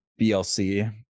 blc